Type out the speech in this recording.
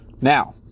Now